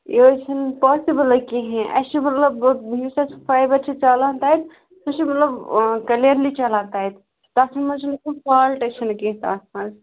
یہِ حظ چھُنہٕ پاسیبُلا کِہیٖنٛۍ اَسہِ چھِ مطلب یُس اَسہِ فایبر چھُ چَلان تَتہِ سُہ چھُ مطلب کٔلیرلی چَلان تَتہِ تَتھ منٛز ما چھُنہٕ کانٛہہ فالٹے چھُنہٕ کیٚنٛہہ تَتھ منٛز